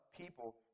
people